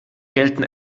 gelten